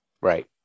right